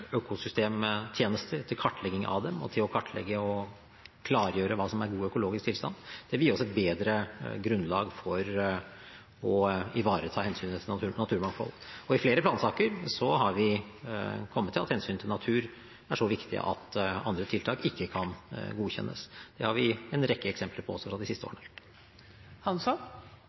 til kartlegging av økosystemtjenester og til å kartlegge og klargjøre hva som er god økologisk tilstand, vil gi oss et bedre grunnlag for å ivareta hensynet til naturmangfold. Og i flere plansaker har vi kommet til at hensynet til natur er så viktig at andre tiltak ikke kan godkjennes. Det har vi en rekke eksempler på også fra de siste årene.